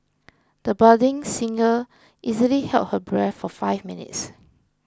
the budding singer easily held her breath for five minutes